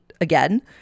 again